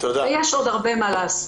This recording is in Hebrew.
אבל יש עוד הרבה מה לעשות.